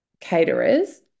caterers